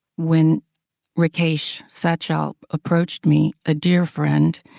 when rakesh satyal approached me, a dear friend,